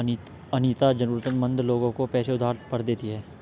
अनीता जरूरतमंद लोगों को पैसे उधार पर देती है